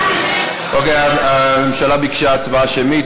אוקיי, הממשלה ביקשה הצבעה שמית.